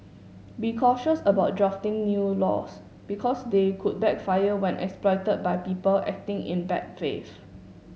be cautious about drafting new laws because they could backfire when exploited by people acting in bad faith